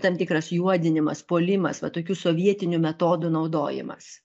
tam tikras juodinimas puolimas va tokių sovietinių metodų naudojimas